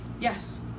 yes